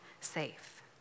safe